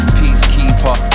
peacekeeper